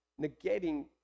negating